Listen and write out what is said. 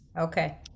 okay